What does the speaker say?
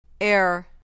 Air